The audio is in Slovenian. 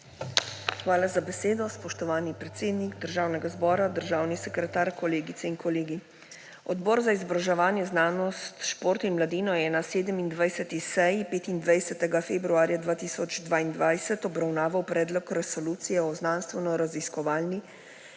Hvala za besedo, spoštovani predsednik Državnega zbora. Državni sekretar, kolegice in kolegi! Odbor za izobraževanje, znanost, šport in mladino je na 27. seji 25. februarja 2022 obravnaval Predlog resolucije o znanstvenoraziskovalni